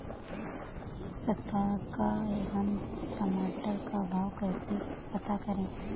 इस सप्ताह का हम टमाटर का भाव कैसे पता करें?